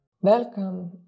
Welcome